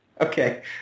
Okay